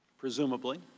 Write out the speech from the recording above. presumably.